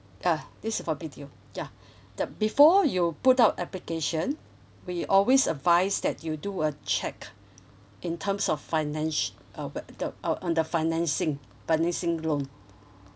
ah this is for B_T_O ya the before you put up application we always advise that you do a check in terms of financial uh on the financing financing loan